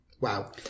Wow